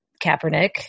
Kaepernick